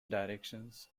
directions